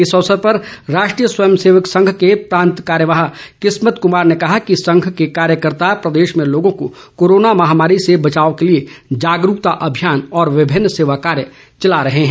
इस अवसर पर राष्ट्रीय स्वयं सेवक संघ के प्रांत कार्यवाह किस्मत कुमार ने कहा कि संघ के कार्यकर्ता प्रदेश में लोगों को कोरोना महामारी से बचाव के लिए जागरूकता अभियान व विभिन्न सेवा कार्य चला रहे हैं